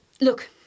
Look